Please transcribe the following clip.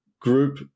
group